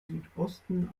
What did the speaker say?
südosten